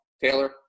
Taylor